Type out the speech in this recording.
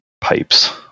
pipes